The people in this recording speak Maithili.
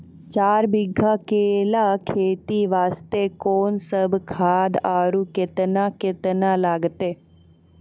चार बीघा केला खेती वास्ते कोंन सब खाद आरु केतना केतना लगतै?